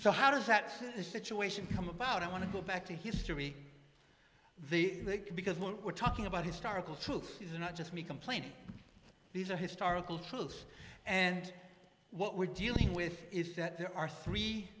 so how does that sit the situation come about i want to go back to history because what we're talking about historical truth is not just me complaining these are historical truth and what we're dealing with is that there are three